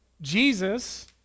Jesus